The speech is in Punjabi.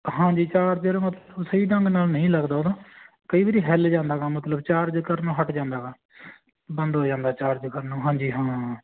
ਹਾਂਜੀ ਚਾਰਜਰ ਮਤਲਬ ਸਹੀ ਢੰਗ ਨਾਲ ਨਹੀਂ ਲੱਗਦਾ ਉਹਦਾ ਕਈ ਵਾਰੀ ਹਿੱਲ ਜਾਂਦਾ ਗਾ ਮਤਲਬ ਚਾਰਜ ਕਰਨੋਂ ਹੱਟ ਜਾਂਦਾ ਗਾ ਬੰਦ ਹੋ ਜਾਂਦਾ ਚਾਰਜ ਕਰਨੋਂ ਹਾਂਜੀ ਹਾਂ